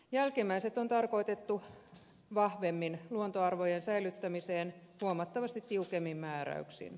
jälkimmäiset on tarkoitettu vahvemmin luontoarvojen säilyttämiseen huomattavasti tiukemmin määräyksin